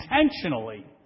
intentionally